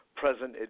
present